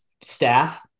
staff